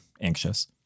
anxious